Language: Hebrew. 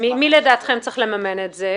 מי לדעתכם צריך לממן את זה.